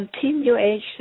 continuation